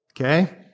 okay